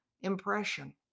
impression